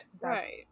Right